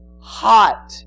hot